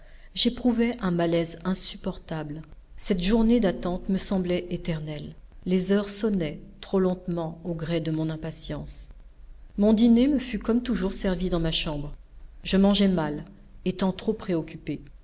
j'éprouvais un malaise insupportable cette journée d'attente me semblait éternelle les heures sonnaient trop lentement au gré de mon impatience mon dîner me fut comme toujours servi dans ma chambre je mangeai mal étant trop préoccupé